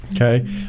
Okay